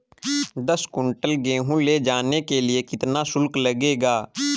दस कुंटल गेहूँ ले जाने के लिए कितना शुल्क लगेगा?